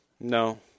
no